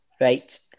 Right